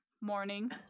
morning